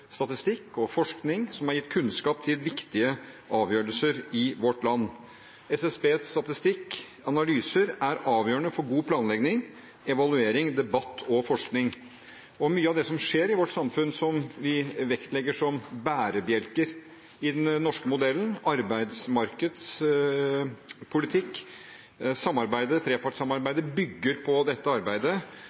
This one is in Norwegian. statistikk og forskning som har gitt kunnskap til viktige avgjørelser i vårt land. SSBs statistikk og analyser er avgjørende for god planlegging, evaluering, debatt og forskning. Mye av det som skjer i vårt samfunn som vi vektlegger som bærebjelker i den norske modellen – arbeidsmarkedspolitikk, trepartssamarbeidet – bygger på dette arbeidet.